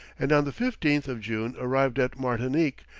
and on the fifteenth of june arrived at martinique,